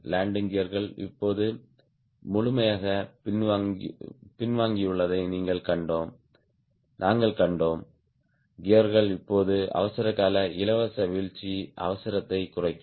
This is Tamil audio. லேண்டிங் கியர்கள் இப்போது முழுமையாக பின்வாங்கியுள்ளதை நாங்கள் கண்டோம் கியர்கள் இப்போது அவசரகால இலவச வீழ்ச்சி அவசரத்தை குறைக்கும்